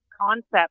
concept